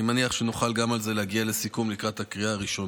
אני מניח שנוכל להגיע לסיכום גם על זה לקראת הקריאה הראשונה,